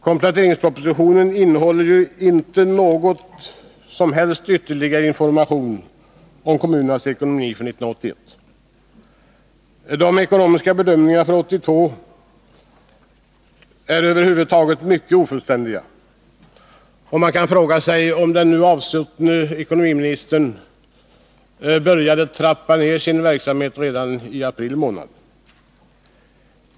Kompletteringspropositionen innehåller inte någon som helst ytterligare information om kommunernas ekonomi för 1982. De ekonomiska bedömningarna för 1982 är över huvud taget mycket ofullständiga. Man kan fråga sig om den nu avgångne ekonomiministern började trappa ner sin verksamhet redan i april månad.